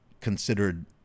considered